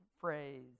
phrase